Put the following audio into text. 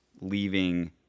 leaving